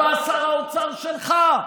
ואז בא שר האוצר שלך,